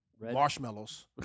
marshmallows